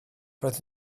roedd